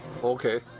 Okay